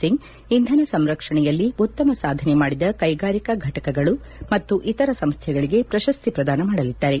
ಸಿಂಗ್ ಇಂಧನ ಸಂರಕ್ಷಣೆಯಲ್ಲಿ ಉತ್ತಮ ಸಾಧನೆ ಮಾಡಿದ ಕೈಗಾರಿಕಾ ಫಟಕಗಳು ಮತ್ತು ಇತರ ಸಂಸ್ಥೆಗಳಿಗೆ ಪ್ರಶಸ್ತಿ ಪ್ರದಾನ ಮಾಡಲಿದ್ದಾರೆ